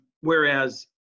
whereas